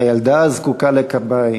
הילדה הזקוקה לקביים